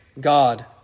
God